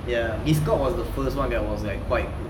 ya discord was the first [one] that was like quite good sia